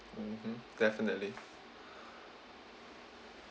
mmhmm definitely